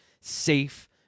safe